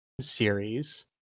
series